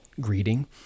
greeting